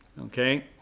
okay